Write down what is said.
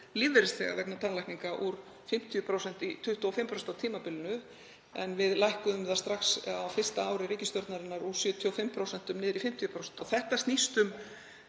lífeyrisþega vegna tannlækninga úr 50% í 25% á tímabilinu en við lækkuðum það strax á fyrsta ári ríkisstjórnarinnar úr 75% niður í 50%. Þetta snýst um